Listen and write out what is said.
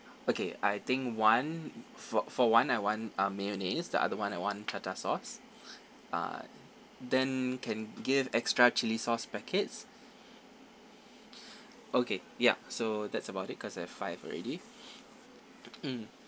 okay I think one for for one I want uh mayonnaise the other [one] I want tartare sauce uh then can give extra chilli sauce packets okay yup so that's about it cause I have five already mm